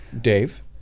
Dave